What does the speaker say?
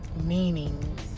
meanings